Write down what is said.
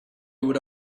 would